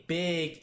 big